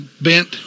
bent